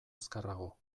azkarrago